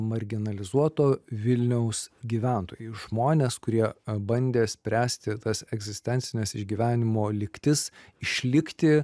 marginalizuoto vilniaus gyventojai žmonės kurie bandė spręsti tas egzistencines išgyvenimo lygtis išlikti